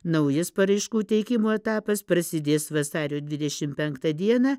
naujas paraiškų teikimo etapas prasidės vasario dvidešim penktą dieną